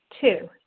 Two